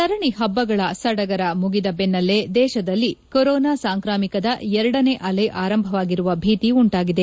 ಸರಣಿ ಹಬ್ಬಗಳ ಸಡಗರ ಮುಗಿದ ಬೆನ್ನಲ್ಲೇ ದೇಶದಲ್ಲಿ ಕೊರೊನಾ ಸಾಂಕ್ರಾಮಿಕದ ಎರಡನೇ ಅಲೆ ಆರಂಭವಾಗಿರುವ ಭೀತಿ ಉಂಟಾಗಿದೆ